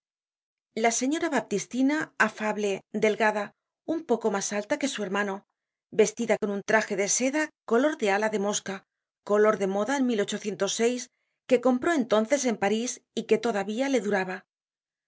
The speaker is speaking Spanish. la señora baptistina afable delgada un poco mas alta que su hermano vestida con un traje de seda color de ala de mosca color de moda en que compró entonces en parís y que todavía le duraba